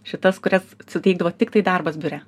šitas kurias suteikdavo tiktai darbas biure